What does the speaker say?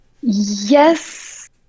Yes